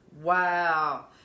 Wow